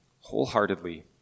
wholeheartedly